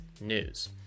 news